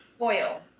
Oil